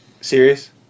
serious